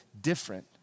different